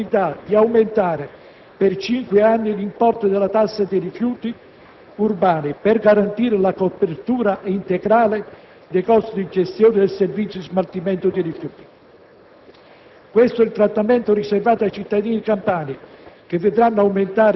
che giudichiamo quantomeno improponibile per la parte che prevede la possibilità di aumentare per cinque anni l'importo della tassa di smaltimento dei rifiuti solidi urbani per garantire la copertura integrale dei costi di gestione del servizio di smaltimento dei rifiuti.